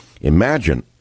Imagine